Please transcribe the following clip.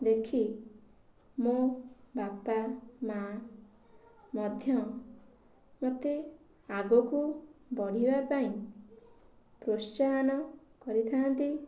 ଦେଖି ମୋ ବାପା ମାଆ ମଧ୍ୟ ମୋତେ ଆଗକୁ ବଢ଼ିବା ପାଇଁ ପ୍ରୋତ୍ସାହନ କରିଥା'ନ୍ତି